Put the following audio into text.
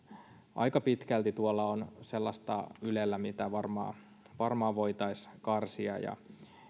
aika pitkälti ylellä on sellaista mitä varmaan varmaan voitaisiin karsia ja